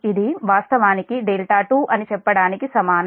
ఇది వాస్తవానికి 2 అని చెప్పడానికి సమానం